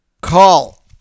call